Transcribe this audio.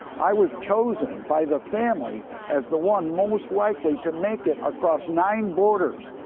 i was chosen by the family as the one most likely to make it across nine borders,